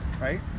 right